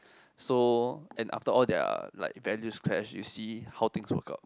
so and after all their like values clash you see how things work out